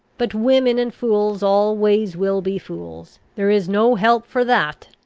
but women and fools always will be fools there is no help for that!